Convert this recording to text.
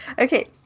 Okay